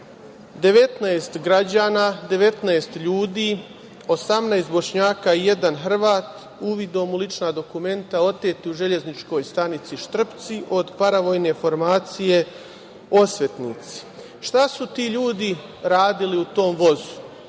19 građana, 19 ljudi, 18 Bošnjaka i jedan Hrvat, uvidom u lična dokumenta, oteto u železničkoj stanici Štrpci od paravojne formacije „Osvetnici“.Šta su ti ljudi radili u tom vozu,